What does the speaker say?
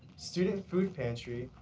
student food pantry,